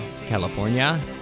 California